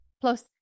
Plus